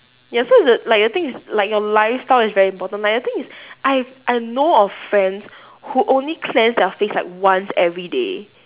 ya so it's the like the thing is like your lifestyle is very important like I think it's I I know of friends who only cleanse their face like once every day